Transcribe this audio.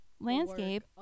landscape